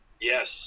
Yes